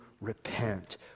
repent